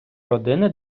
родини